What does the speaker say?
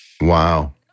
Wow